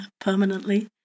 permanently